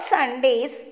Sundays